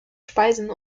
speisen